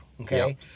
Okay